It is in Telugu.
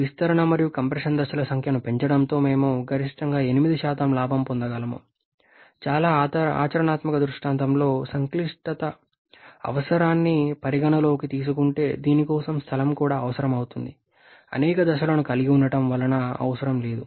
విస్తరణ మరియు కంప్రెషన్ దశల సంఖ్యను పెంచడంతో మేము గరిష్టంగా 8 లాభం పొందగలము చాలా ఆచరణాత్మక దృష్టాంతంలో సంక్లిష్టత అవసరాన్ని పరిగణనలోకి తీసుకుంటే దీని కోసం స్థలం కూడా అవసరం అవుతుంది అనేక దశలను కలిగి ఉండవలసిన అవసరం లేదు